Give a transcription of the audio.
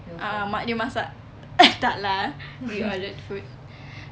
a'ah mak dia masak tak lah we ordered food